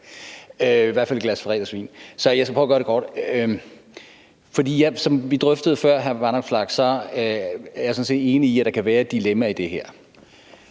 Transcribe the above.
ud og have et glas fredagsvin nu, så jeg skal nok prøve at gøre det kort. Som vi drøftede det før, er jeg sådan set enig i, at der kan være et dilemma i det her,